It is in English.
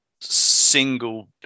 single